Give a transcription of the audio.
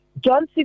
John